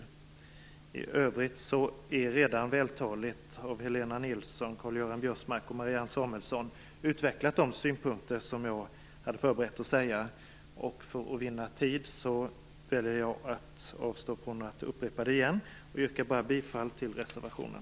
För övrigt har redan Helena Nilsson, Karl-Göran Biörsmark och Marianne Samuelsson vältaligt utvecklat de synpunkter jag själv hade förberett mig på att ta upp. För att vinna tid väljer jag att avstå från att upprepa dessa igen, och yrkar bara bifall till reservationen.